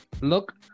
Look